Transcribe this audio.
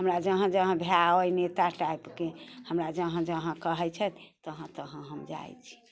हमरा जहाँ जहाँ भाय अइ नेता टाइपके हमरा जहाँ जहाँ कहैत छथि तहाँ तहाँ हम जाइत छी